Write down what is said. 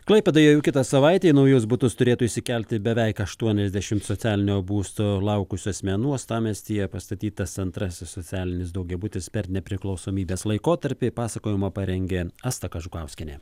klaipėdoje jau kitą savaitę į naujus butus turėtų įsikelti beveik aštuoniasdešimt socialinio būsto laukusių asmenų uostamiestyje pastatytas antrasis socialinis daugiabutis per nepriklausomybės laikotarpį pasakojimą parengė asta kažukauskienė